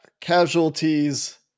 casualties